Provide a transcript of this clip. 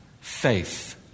faith